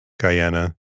Guyana